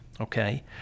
okay